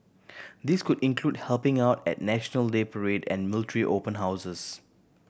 this could include helping out at National Day parade and military open houses